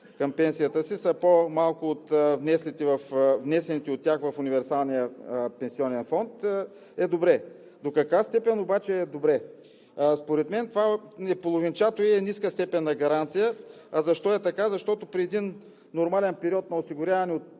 към пенсията си, са по-малко от внесените от тях в универсалния пенсионен фонд, е добре. До каква степен обаче е добре?! Според мен това е половинчато и е ниска степен на гаранция. Защо е така? Защото при един нормален период на осигуряване от